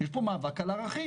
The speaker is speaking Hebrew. יש פה מאבק על ערכים,